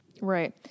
Right